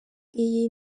iyi